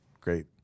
Great